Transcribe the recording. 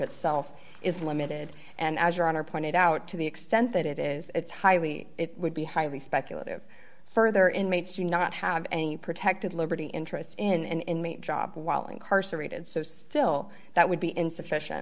itself is limited and as your honor pointed out to the extent that it is it's highly it would be highly speculative further inmates to not have any protected liberty interest in an inmate job while incarcerated so still that would be insufficient